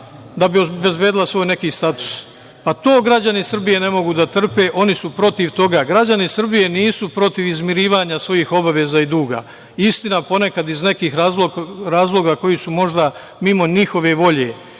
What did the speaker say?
da bi obezbedila svoj neki status. To građani Srbije ne mogu da trpe. Oni su protiv toga. Građani Srbije nisu protiv izmirivanja svojih obaveza i duga. Istina, ponekad iz nekih razloga koji su možda mimo njihove volje